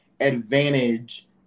advantage